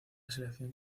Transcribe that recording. selección